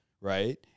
right